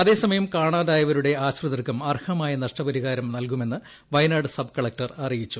അതേസമയം കാണാതായവരുടെ ആശ്രിതർക്കും അർഹമായ നഷ്ടപരിഹാരം നൽകുമെന്ന് വയനാട് സബ് കളക്ടർ അറിയിച്ചു